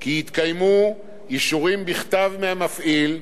כי התקיימו אישורים בכתב מהמפעיל,